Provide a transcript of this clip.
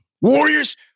Warriors